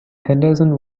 henderson